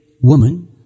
woman